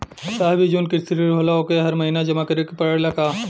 साहब ई जवन कृषि ऋण होला ओके हर महिना जमा करे के पणेला का?